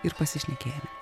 ir pasišnekėjome